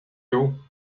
you